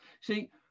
See